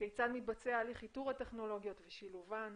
כיצד מתבצע הליך איתור הטכנולוגיות ושילובם?